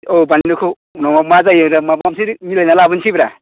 औ बानलुखौ उनावबा मा जायो माबा मोनसे मिलायना लाबोनोसै ब्रा